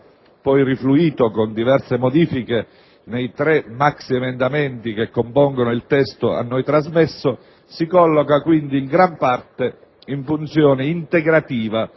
poi rifluito con diverse modifiche nei tre maxiemendamenti che compongono il testo a noi trasmesso, si colloca, quindi, in gran parte in funzione integrativa